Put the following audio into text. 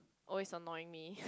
always annoy me